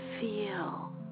feel